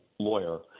lawyer